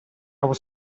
was